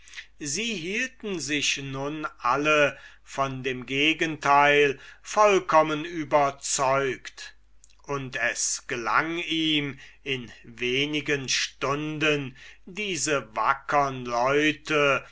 sie hielten sich nun alle von dem gegenteil vollkommen überzeugt und es gelang ihm in wenigen stunden diese wackern leute